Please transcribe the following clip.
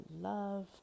love